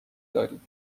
دارید